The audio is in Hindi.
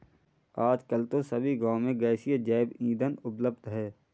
आजकल तो सभी गांव में गैसीय जैव ईंधन उपलब्ध है